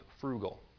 frugal